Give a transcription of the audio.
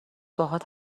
باهات